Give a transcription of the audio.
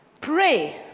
Pray